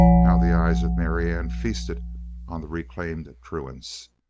how the eyes of marianne feasted on the reclaimed truants!